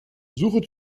suche